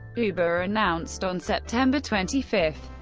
uber announced on september twenty five,